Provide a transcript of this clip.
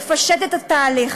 לפשט את התהליך.